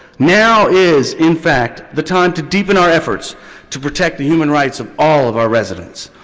now is in fact the time to deepen our efforts to protect the human rights of all of our residents.